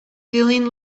feeling